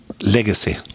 legacy